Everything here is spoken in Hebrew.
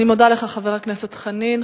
אני מודה לך, חבר הכנסת חנין.